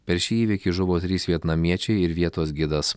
per šį įvykį žuvo trys vietnamiečiai ir vietos gidas